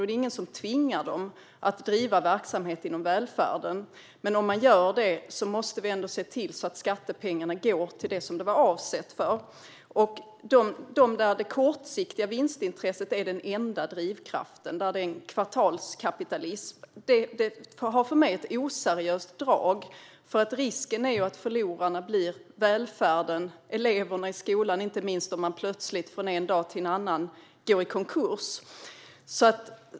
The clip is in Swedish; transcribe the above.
Det är ingen som tvingar dem att driva verksamhet inom välfärden, men om de gör det måste vi ändå se till att skattepengarna går till det som de var avsedda för. De fall där det kortsiktiga vinstintresset är den enda drivkraften - där det råder kvartalskapitalism - har för mig ett oseriöst drag. Risken är ju att förlorarna blir välfärden. Inte minst drabbar det eleverna i skolan om den plötsligt, från en dag till en annan, går i konkurs.